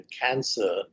cancer